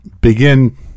begin